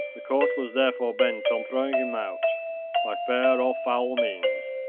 the court was therefore bent on throwing him out by fair or foul means.